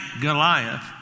Goliath